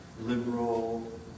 liberal